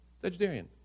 vegetarian